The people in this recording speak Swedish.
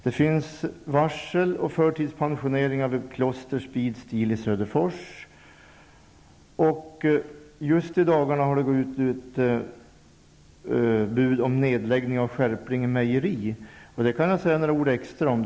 Det har lagts varsel och genomförts förtidspensioneringar vid Kloster Speedsteel i Just i dagarna har det kommit bud om nedläggning av Skärplinge mejeri, och det vill jag säga några ord extra om.